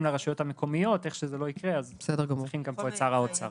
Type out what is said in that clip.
לרשויות המקומיות צריך פה גם את שר האוצר.